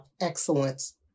excellence